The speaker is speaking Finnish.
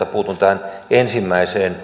puutun tähän ensimmäiseen